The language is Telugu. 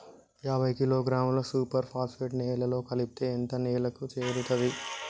యాభై కిలోగ్రాముల సూపర్ ఫాస్ఫేట్ నేలలో కలిపితే ఎంత నేలకు చేరుతది?